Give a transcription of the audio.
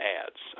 ads